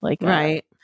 Right